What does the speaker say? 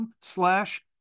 slash